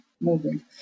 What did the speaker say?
moving